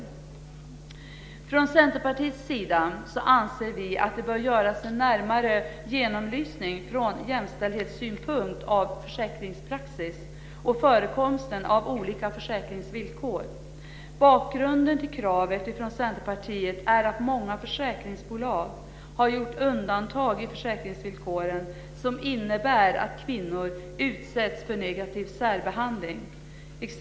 Vi från Centerpartiet anser att det bör göras en närmare genomlysning från jämställdhetssynpunkt av försäkringspraxis och förekomsten av olika försäkringsvillkor. Bakgrunden till det kravet från Centerpartiet är att många försäkringsbolag har gjort undantag i försäkringsvillkoren som innebär att kvinnor utsätts för negativ särbehandling.